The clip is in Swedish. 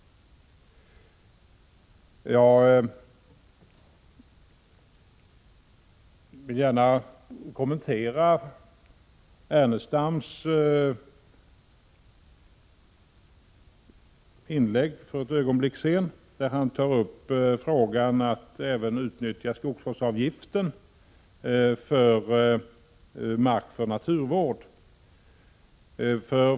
Lars Ernestam tog för ett ögonblick sedan upp frågan om att även utnyttja skogsvårdsavgiften till mark för naturvård.